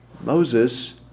Moses